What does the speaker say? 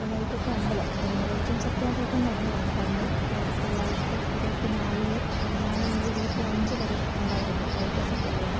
വൈക്കത്തെ അമ്പലം വൈക്കം സത്യാഗ്രഹം നടന്നതാണ് പണ്ട് ആയിരത്തി തൊള്ളായിരത്തി ഇരുപത്തി നാലിൽ നാല് മുതൽ ഇരുപത്തി അഞ്ച് വരെ ഉണ്ടായിരുന്നു വൈക്കം സത്യാഗ്രഹം